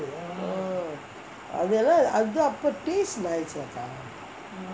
அது எல்லாம் அப்பே:athu ellam appae taste nice அக்கா:akka